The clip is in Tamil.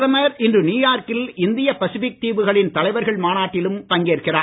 பிரதமர் இன்று நியூயார்க்கில் இந்திய பசிபிக் தீவுகளின் தலைவர்கள் மாநாட்டிலும் பங்கேற்கிறார்